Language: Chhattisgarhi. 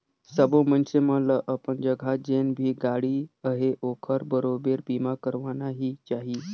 सबो मइनसे मन ल अपन जघा जेन भी गाड़ी अहे ओखर बरोबर बीमा करवाना ही चाही